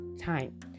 time